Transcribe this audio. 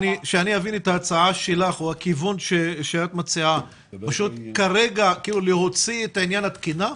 שאני אבין את הצעתך או הכיוון שאת מציעה כרגע להוציא את עניין התקינה?